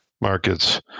markets